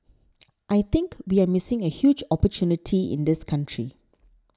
I think we're missing a huge opportunity in this country